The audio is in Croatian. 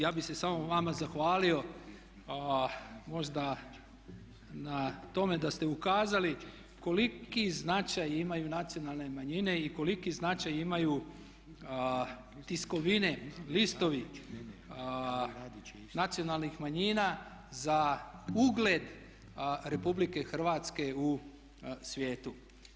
Ja bih se samo vama zahvalio možda na tome da ste ukazali koliki značaj imaju nacionalne manjine i koliki značaj imaju tiskovine, listovi nacionalnih manjina za ugled Republike Hrvatske u svijetu.